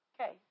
Okay